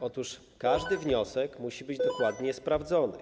Otóż każdy wniosek musi być dokładnie sprawdzony.